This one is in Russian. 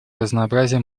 разнообразие